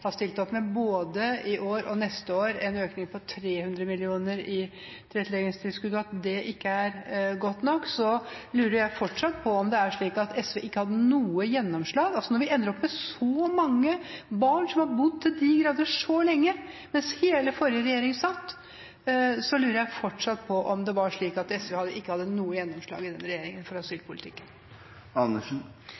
har stilt opp med, både i år og neste år – en økning på 300 mill. kr i tilretteleggingstilskudd – og at det ikke er godt nok, så lurer jeg fortsatt på om det er slik at SV ikke hadde noe gjennomslag. Når vi ender opp med så mange barn som har bodd til de grader så lenge – mens den forrige regjeringen satt – så lurer jeg fortsatt på om det var slik at SV ikke hadde noe gjennomslag i den regjeringen for